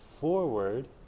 forward